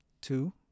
two